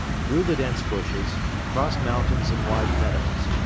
through the dense bushes, across mountains and wide meadows.